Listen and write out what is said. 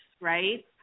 right